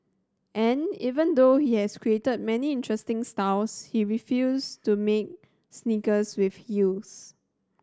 and even though he has created many interesting styles he refuse to make sneakers with heels